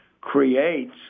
creates